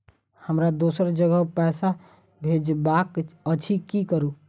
हमरा दोसर जगह पैसा भेजबाक अछि की करू?